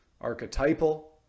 archetypal